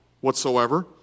whatsoever